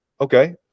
okay